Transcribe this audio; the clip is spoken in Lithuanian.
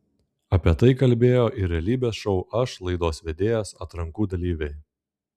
apie tai kalbėjo ir realybės šou aš laidos vedėjas atrankų dalyviai